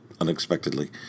unexpectedly